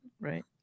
right